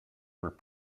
were